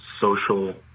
social